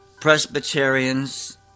Presbyterians